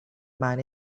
man